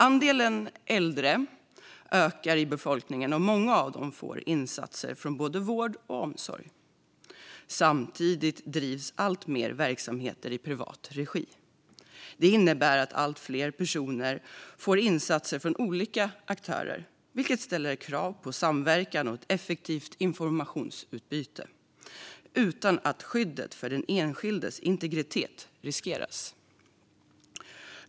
Andelen äldre ökar i befolkningen, och många av dem får insatser från både vård och omsorg. Samtidigt drivs allt fler verksamheter i privat regi. Det innebär att allt fler personer får insatser från olika aktörer, vilket ställer krav på att det sker samverkan och ett effektivt informationsutbyte utan att skyddet för den enskildes integritet riskeras.